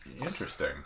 Interesting